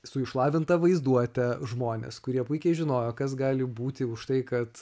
su išlavinta vaizduote žmonės kurie puikiai žinojo kas gali būti už tai kad